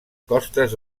costes